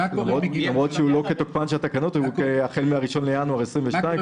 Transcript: למרות שהוא לא כתוקפן של התקנות כי הוא החל מ-1 בינואר 2022,